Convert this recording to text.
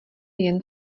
jen